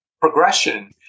progression